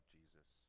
Jesus